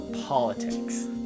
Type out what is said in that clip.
politics